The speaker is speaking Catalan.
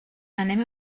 anem